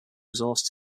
resource